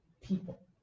people